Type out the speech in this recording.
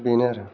बेनो आरो